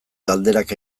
galderak